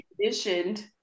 conditioned